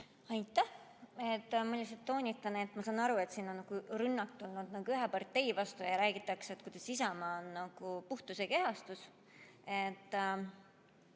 et ma saan aru, et siin on rünnak ühe partei vastu, ja räägitakse, kuidas Isamaa on puhtuse kehastus.